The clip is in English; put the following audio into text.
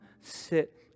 sit